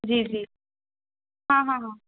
جی جی ہاں ہاں ہاں